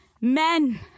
men